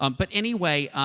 um but anyway,